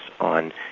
on